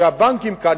שהבנקים כאן,